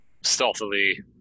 Stealthily